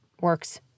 works